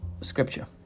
scripture